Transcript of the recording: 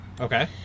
Okay